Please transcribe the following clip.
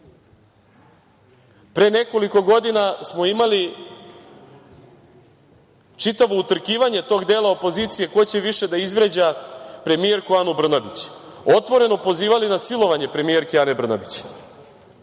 nekoliko godina smo imali čitavo utrkivanje tog dela opozicije ko će više da izvređa premijerku Anu Brnabić, otvoreno pozivali na silovanje premijerke Ane Brnabić.